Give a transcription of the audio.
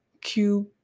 Cube